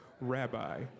Rabbi